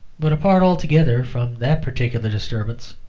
but apart altogether from that particular disturbance,